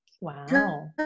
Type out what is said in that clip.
Wow